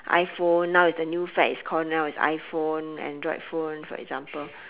iphone now it's the new fad is called now is iphone android phone for example